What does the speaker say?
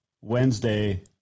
Wednesday